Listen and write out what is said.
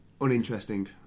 Uninteresting